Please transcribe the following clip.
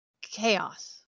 chaos